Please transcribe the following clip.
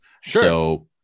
Sure